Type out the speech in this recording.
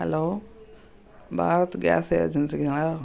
hello Bharat gas ஏஜென்சிங்களா